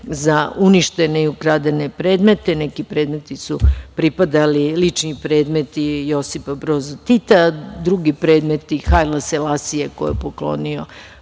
za uništene i ukradene predmete. Neki predmeti su lični predmeti Josipa Broza Tita, drugi predmet Hajla Selasija koji je poklonio